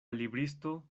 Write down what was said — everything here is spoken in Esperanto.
libristo